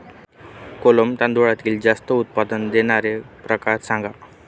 कोलम तांदळातील जास्त उत्पादन देणारे प्रकार सांगा